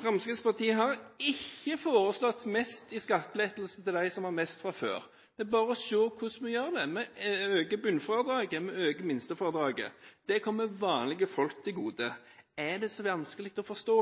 Fremskrittspartiet har ikke foreslått mest i skattelettelse til dem som har mest fra før. Det er bare å se hvordan vi gjør det. Vi øker bunnfradraget, vi øker minstefradraget. Det kommer vanlige folk til gode. Er det så vanskelig å forstå?